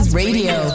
radio